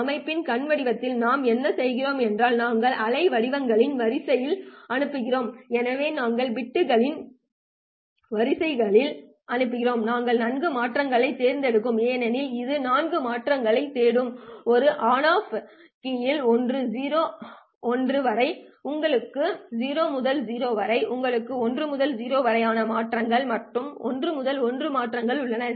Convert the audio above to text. அமைப்பின் கண் வடிவத்தில் நாம் என்ன செய்கிறோம் என்றால் நாங்கள் அலைவடிவங்களின் வரிசையில் அனுப்புகிறோம் எனவே நாங்கள் பிட்களின் வரிசையில் அனுப்புகிறோம் நாங்கள் நான்கு மாற்றங்களைத் தேடுகிறோம் ஏனெனில் இது நான்கு மாற்றங்களைத் தேடும் ஒரு ஆன் ஆஃப் கீயிங் ஒன்று 0 முதல் 1 வரை மற்றும் உங்களுக்கு 0 முதல் 0 வரை உங்களுக்கு 1 முதல் 0 மாற்றம் மற்றும் 1 முதல் 1 மாற்றங்கள் உள்ளன